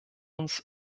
uns